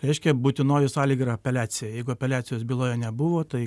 reiškia būtinoji sąlyga yra apeliacija jeigu apeliacijos byloje nebuvo tai